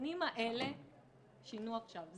הנתונים האלה שינו עכשיו.